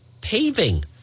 Paving